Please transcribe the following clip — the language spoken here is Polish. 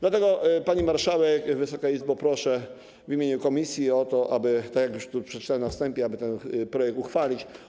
Dlatego, pani marszałek, Wysoka Izbo, proszę w imieniu komisji o to, aby - tak jak już przeczytałem na wstępie - ten projekt uchwalić.